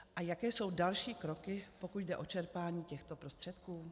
A jaké jsou další kroky, pokud jde o čerpání těchto prostředků?